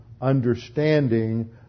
understanding